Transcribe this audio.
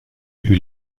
eut